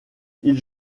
ils